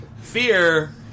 Fear